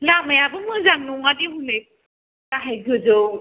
लामायाबो मोजां नङादि हनै गाहाय गोजौ